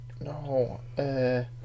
No